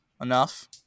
enough